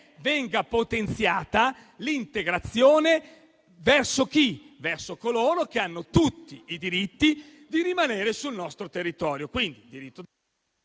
venga potenziata l'integrazione di coloro che hanno tutti i diritti a rimanere sul nostro territorio.